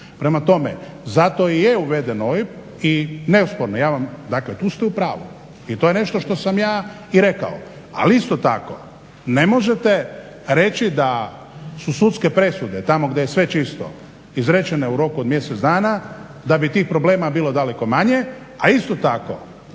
Prema tome, zato i je uveden OIB i nesporno je. Ja vam, dakle tu ste u pravu i to je nešto što sam ja i rekao. Ali isto tako ne možete reći da su sudske presude, tamo gdje je sve čisto izrečene u roku od mjesec dana, da bi tih problema bilo daleko manje, a isto tako